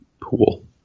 pool